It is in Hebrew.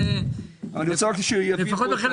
נכון.